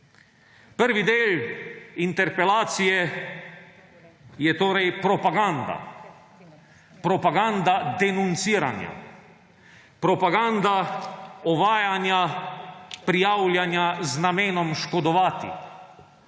Prvi del interpelacije je torej propaganda, propaganda denunciranja, propaganda ovajanja, prijavljanja z namenom škodovati.